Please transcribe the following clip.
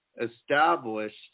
established